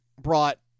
brought